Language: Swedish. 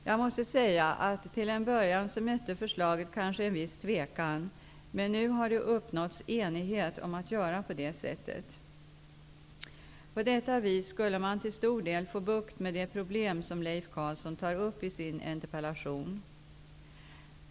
Jag måste säga att till en början mötte förslaget kanske en viss tvekan, men nu har det uppnåtts enighet om att göra på det sättet. På detta vis skulle man till stor del få bukt med det problem som Leif Carlson tar upp i sin interpellation.